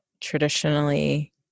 traditionally